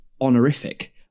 honorific